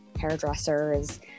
hairdressers